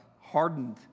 hardened